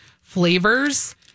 flavors